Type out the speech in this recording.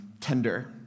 tender